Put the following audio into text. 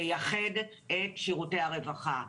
לייחד את שירותי הרווחה.